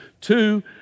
Two